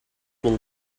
will